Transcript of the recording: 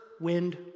wind